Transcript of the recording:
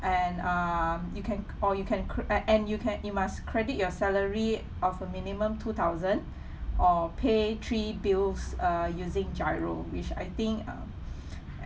and um you can or you can crea~ and you can you must credit your salary of a minimum two thousand or pay three bills uh using GIRO which I think um